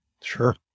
Sure